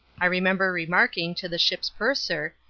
i remember remarking to the ship's purser,